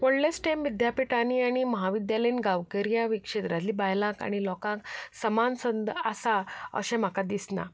व्हडल्या स्टॅम विद्यापिठांनी आनी म्हाविद्यालयन गांवकऱ्या वि क्षेत्रातल्या बायलांक आनी लोकांक समान संद आसा अशें म्हाका दिसना